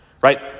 Right